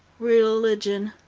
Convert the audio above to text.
religion!